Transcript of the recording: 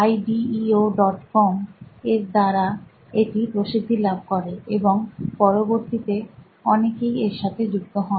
ideocom এর দ্বারা এটি প্রসিদ্ধি লাভ করে এবং পরবর্তীতে অনেকেই এর সাথে যুক্ত হন